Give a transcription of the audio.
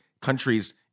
countries